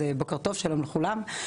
אז בוקר טוב ושלום לכולם,